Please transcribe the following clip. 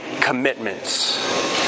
commitments